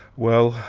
well,